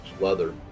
leather